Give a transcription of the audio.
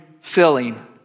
filling